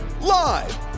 Live